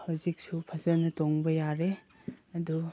ꯍꯧꯖꯤꯛꯁꯨ ꯐꯖꯅ ꯇꯣꯡꯕ ꯌꯥꯔꯤ ꯑꯗꯨ